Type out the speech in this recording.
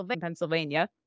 Pennsylvania